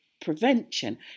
prevention